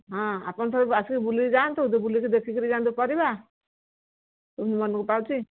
ହଁ ଆପଣ ଥରେ ଆସିକି ବୁଲିକି ଯାଆନ୍ତୁ ବୁଲିକି ଦେଖିକିରି ଯାଆନ୍ତୁ ପରିବା ମନକୁ ପାଉଛିି